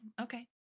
okay